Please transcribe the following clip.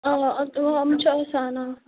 آ اتھ یِمَن چھِ آسان اۭں